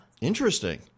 Interesting